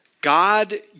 God